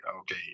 okay